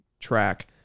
track